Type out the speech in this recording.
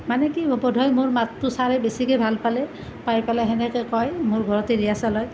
মানে কি বোধহয় মোৰ মাতটো চাৰে বেছিকৈ ভাল পালে পাই পেলাই সেনেকৈ কয় মোৰ ঘৰতে ৰিহাৰ্চেল হয়